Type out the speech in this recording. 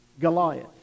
Goliath